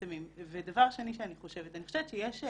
דבר שני, אני חושבת שיש,